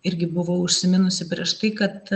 irgi buvau užsiminusi prieš tai kad